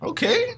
Okay